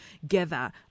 together